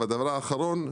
הדבר האחרון,